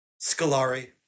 Scolari